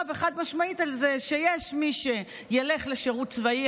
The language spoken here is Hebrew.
וחד-משמעית על זה שיש מי שילך לשירות צבאי,